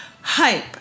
hype